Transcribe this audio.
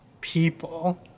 people